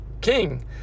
King